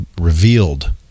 revealed